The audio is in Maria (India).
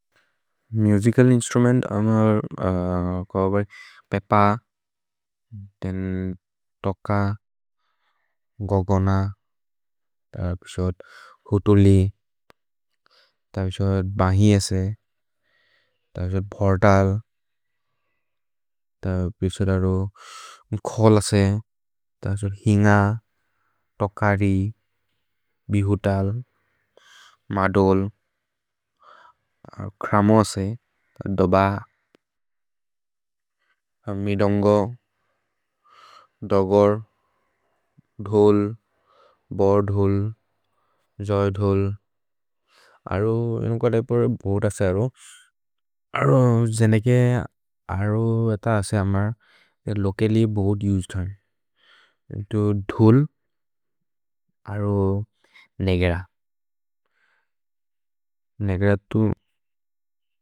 Musical instrument अमर् कओबर् पेप, तोक, गोगोन, हुतुलि, बहि एसे, बोर्दल्, खोल् असे, हिन्ग, तोकरि, बिहुतल्, मदोल् दोब, मिदोन्गो, दगोर्, धोल्, बोर् धोल्, जोय् धोल्, अरु, हिन्ग परे भोद् असे अरु, अरु जनके अरु एत असे अमर् लोकेलि भोद् उसेधन् धोल् अरु नेगेर।